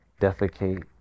defecate